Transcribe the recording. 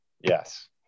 Yes